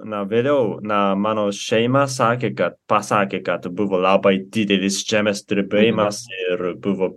na vėliau na mano šeima sakė kad pasakė kad buvo labai didelis žemės drebėjimas ir buvo